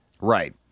Right